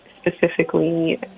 specifically